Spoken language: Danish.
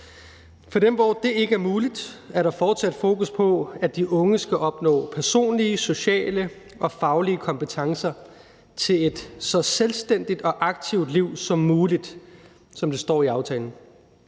For dem, hvor det ikke er muligt, er der fortsat fokus på, at de unge skal opnå personlige, sociale og faglige kompetencer til et så selvstændigt og aktivt liv som muligt, som det står i aftalen.